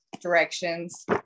directions